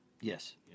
Yes